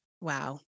Wow